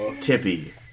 tippy